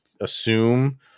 assume